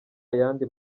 yandi